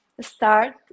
start